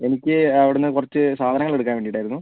എനിക്ക് അവിടുന്ന് കുറച്ച് സാധനങ്ങൾ എടുക്കാൻ വേണ്ടിയിട്ടായിരുന്നു